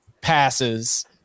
passes